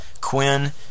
Quinn